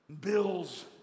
bills